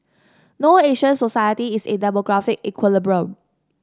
no Asian society is in demographic equilibrium